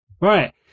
Right